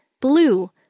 Blue